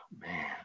man